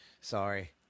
Sorry